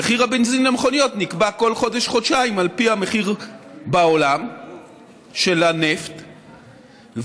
מחיר הבנזין למכוניות נקבע כל חודש-חודשיים על פי המחיר של הנפט בעולם,